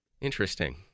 Interesting